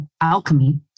alchemy